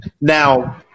Now